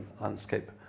landscape